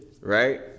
Right